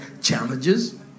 challenges